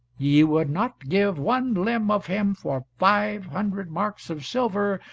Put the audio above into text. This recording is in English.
ye would not give one limb of him for five hundred marks of silver,